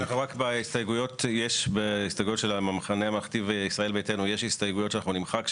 בהסתייגויות של המחנה הממלכתי וישראל ביתנו יש הסתייגויות שאנחנו נמחק,